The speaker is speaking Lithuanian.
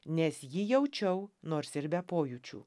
nes jį jaučiau nors ir be pojūčių